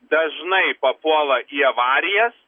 dažnai papuola į avarijas